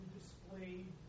displayed